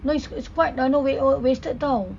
no it's it's quite uh no wa~ uh wasted [tau]